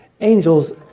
angels